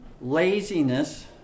laziness